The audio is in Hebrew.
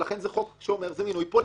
ולכן זה חוק שאומר "זה מינוי פוליטי",